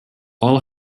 all